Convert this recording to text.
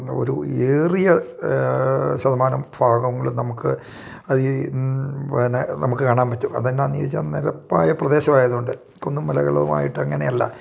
ഒരു ഏറിയ ശതമാനം ഭാഗങ്ങൾ നമുക്ക് അത് പിന്നെ നമുക്ക് കാണാൻ പറ്റും അതെന്നാന്ന് ചോദിച്ചാൽ നിരപ്പായ പ്രദേശമായത് കൊണ്ട് കുന്നും മലകളുമായിട്ട് അങ്ങനെയല്ല